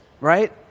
right